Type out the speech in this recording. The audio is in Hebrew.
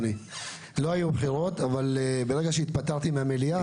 לא היו בחירות אבל ברגע שהתפטרתי מהמליאה,